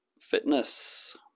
Fitness